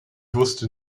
wusste